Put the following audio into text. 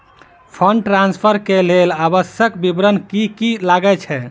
Fund transfer केँ लेल आवश्यक विवरण की की लागै छै?